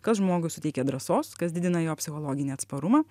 kas žmogui suteikia drąsos kas didina jo psichologinį atsparumą